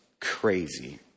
crazy